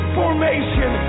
formation